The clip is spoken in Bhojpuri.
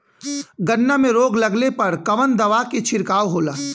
गन्ना में रोग लगले पर कवन दवा के छिड़काव होला?